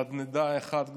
נדנדה אחת גדולה.